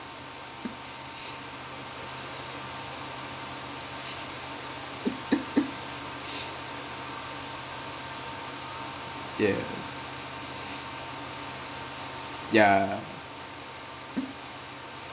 yes yeah